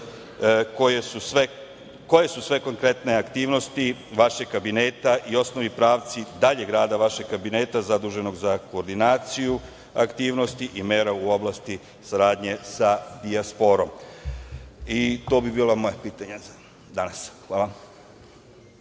koje su sve konkretne aktivnosti vašeg kabineta i osnovni pravci daljeg rada vašeg kabineta zaduženog za koordinaciju aktivnosti i mera u oblasti saradnje sa dijasporom? To bi bila moja pitanja za danas. Hvala.